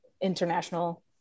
International